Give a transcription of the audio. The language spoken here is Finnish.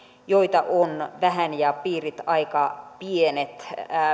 on vähän ja piirit ovat aika pienet